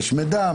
יש מידע,